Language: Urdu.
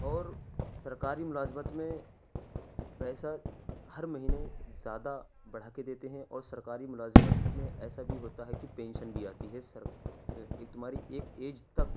اور سرکاری ملازمت میں پیسہ ہر مہینے زیادہ بڑھا کے دیتے ہیں اور سرکاری ملازمت میں ایسا بھی ہوتا ہے کہ پینشن بھی آتی ہے تمہاری ایک ایج تک